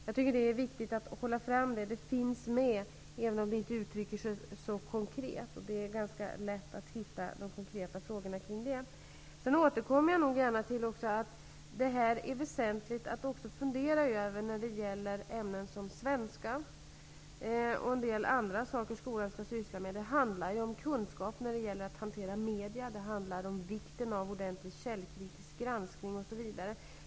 Jag tycker att det är viktigt att framhålla detta. Det finns alltså med, även om det inte uttrycks så konkret. Det är ganska lätt att hitta konkreta frågor i det sammanhanget. Vidare återkommer jag gärna till att det är väsentligt att fundera över detta när det gäller ett ämme som svenska och en del andra saker som skolan skall syssla med. Det handlar om kunskaper när det gäller att hantera medier. Det handlar om vikten av en ordentlig källkritisk granskning osv.